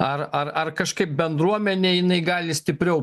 ar ar ar kažkaip bendruomenė jinai gali stipriau